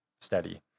steady